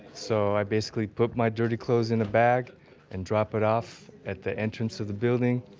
so i basically put my dirty clothes in a bag and drop it off at the entrance of the building,